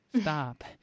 Stop